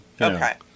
okay